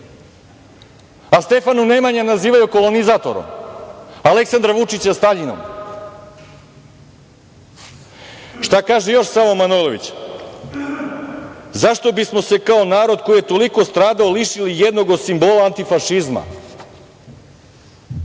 A Stefana Nemanju nazivaju kolonizatorom, Aleksandra Vučića Staljinom. Šta kaže još Savo Manojlović? Zašto bismo se kao narod koji je toliko stradao lišili jednog od simbola antifašizma?